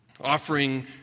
Offering